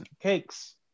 cakes